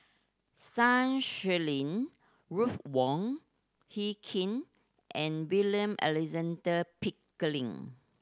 Sun Xueling Ruth Wong Hie King and William Alexander Pickering